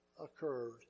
occurred